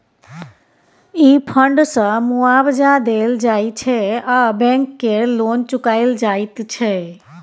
ई fund सँ मुआबजा देल जाइ छै आ बैंक केर लोन चुकाएल जाइत छै